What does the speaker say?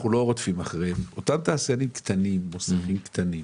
אותם תעשיינים קטנים, אותם מוסכים קטנים